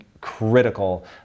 critical